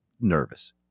nervous